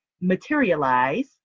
materialize